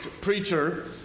preacher